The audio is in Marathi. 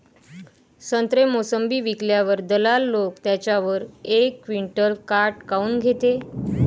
संत्रे, मोसंबी विकल्यावर दलाल लोकं त्याच्यावर एक क्विंटल काट काऊन घेते?